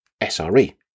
SRE